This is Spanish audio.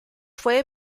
fue